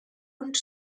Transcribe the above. und